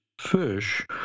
fish